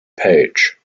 page